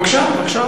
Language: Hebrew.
בבקשה.